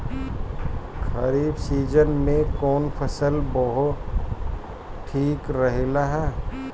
खरीफ़ season में कौन फसल बोअल ठिक रहेला ह?